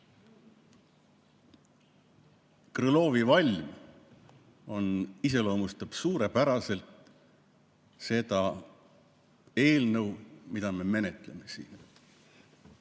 Krõlovi valm iseloomustab suurepäraselt seda eelnõu, mida me siin menetleme.